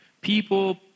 people